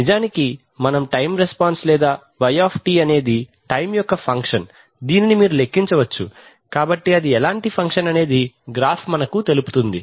నిజానికి మనం time response లేదా y అనేది టైమ్ యొక్క ఫంక్షన్ దీనిని మీరు లెక్కించవచ్చు కాబట్టి అది ఎలాంటి ఫంక్షన్ అనేది గ్రాఫ్ మనకు చూపుతుంది